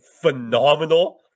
phenomenal